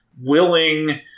willing